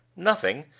nothing,